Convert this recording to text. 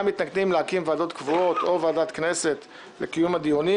מתנגדים להקים ועדות קבועות או ועדת כנסת לקיום הדיונים,